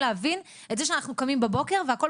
להבין את זה שאנחנו קמים בבוקר והכול,